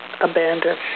abandoned